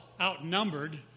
outnumbered